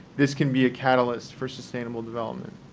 this can be a catalyst for sustainable development.